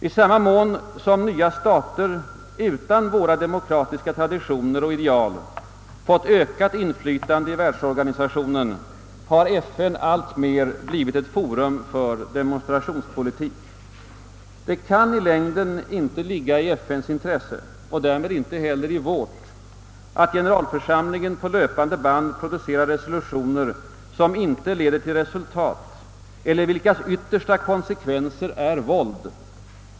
I samma mån som nya stater utan våra demokratiska traditioner och ideal fått ökat inflytande i världsorganisationen har FN alltmer blivit ett forum för demonstrationspolitik. Det kan i läng den inte ligga i FN:s intresse, och därmed inte heller i vårt, att generalförsamlingen på löpande band producerar resolutioner, som inte leder till resultat eller vilkas yttersta konsekvenser är våld.